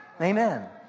Amen